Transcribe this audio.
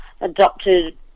adopted